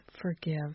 forgive